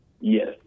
Yes